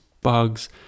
bugs